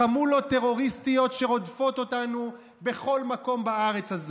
לחמולות טרוריסטיות שרודפות אותנו בכל מקום בארץ הזו.